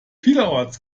vielerorts